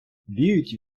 віють